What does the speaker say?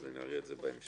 אז נעביר את זה בהמשך.